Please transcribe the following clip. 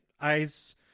eyes